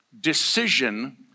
decision